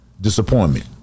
disappointment